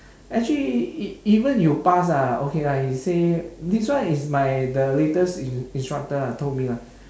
actually e~ even you pass ah okay lah you say this one is my the latest in~ instructor lah told me lah